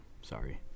Sorry